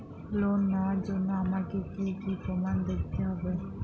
Loan নেওয়ার জন্য আমাকে কী কী প্রমাণ দেখতে হবে?